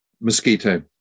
mosquito